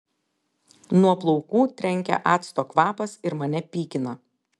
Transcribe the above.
nuo plaukų trenkia acto kvapas ir mane pykina